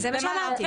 זה מה שאמרתי.